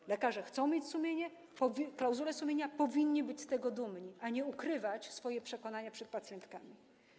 Bo lekarze chcą mieć sumienie, chcą klauzuli sumienia, powinni być z tego dumni, a nie ukrywać swoje przekonania przed pacjentkami.